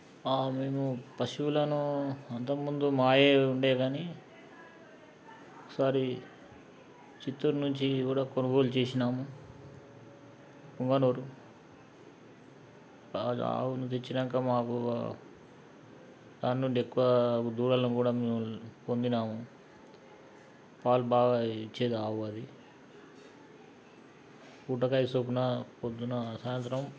మేము పశువులను అంతకుముందు మావే ఉండేవి కానీ ఈసారి చిత్తూరు నుంచి కూడా కొనుగోలు చేసాము వంగనూరు ఆవులని తెచ్చాక మాకు దాని నుండి ఎక్కువ దూడలని కూడా మేము పొందాము పాలు బాగా ఇచ్చేది ఆవు అది పూటకి ఐదు చొప్పున ప్రొద్దున సాయంత్రం